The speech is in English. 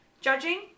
judging